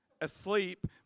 asleep